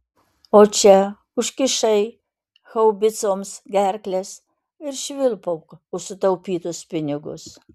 o čia užkišai haubicoms gerkles ir švilpauk už sutaupytus pinigus